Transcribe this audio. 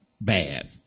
bad